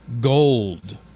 gold